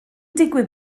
digwydd